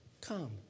Come